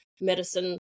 medicine